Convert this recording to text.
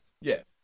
yes